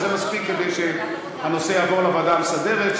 זה מספיק כדי שהנושא יעבור לוועדה המסדרת,